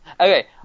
Okay